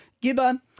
Gibber